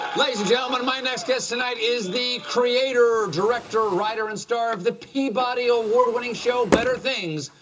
ladies and gentlemen, my next guest tonight is the creator, director, writer and star of the peabody award-winning show better things.